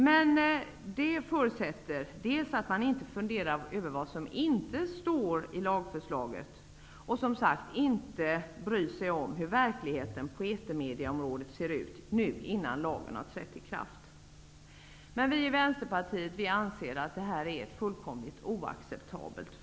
Men det förutsätter dels att man inte funderar över vad som inte står i lagförslaget, dels att man inte bryr som om hur verkligheten på etermediaområdet nu ser ut, innan lagen träder i kraft. Vi i Vänsterpartiet anser att det här förslaget är fullkomligt oacceptabelt.